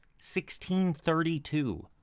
1632